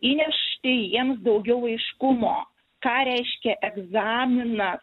įnešti jiems daugiau aiškumo ką reiškia egzamina